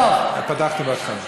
תנו לה, הינה, פתחתי מהתחלה.